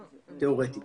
תיאורטית.